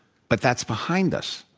but that's behind us.